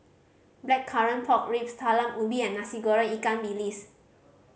Blackcurrant Pork Ribs Talam Ubi and Nasi Goreng ikan bilis